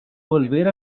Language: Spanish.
volver